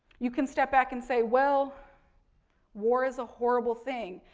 you can step back and say well war is a horrible thing.